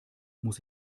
muss